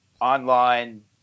online